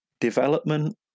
development